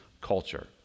culture